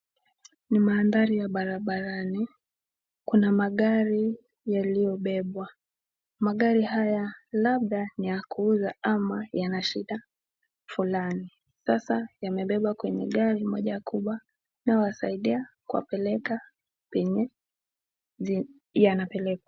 Ni mandhari ya barabarani, kuna magari yaliyobebwa. Magari haya labda ni ya kuuza ama yana shida fulani sasa yamebebwa kwenye gari moja kubwa inayowasaidia kuwapeleka penye yana pelekwa.